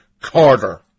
Carter